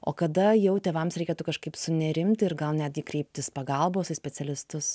o kada jau tėvams reikėtų kažkaip sunerimti ir gal netgi kreiptis pagalbos į specialistus